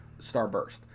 Starburst